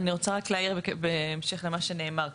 אני רוצה רק להעיר בהמשך למה שנאמר כאן,